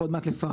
עוד מעט לפראן.